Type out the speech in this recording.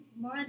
more